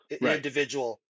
individual